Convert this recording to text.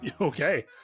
Okay